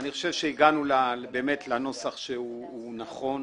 אני חושב שהגענו לנוסח נכון.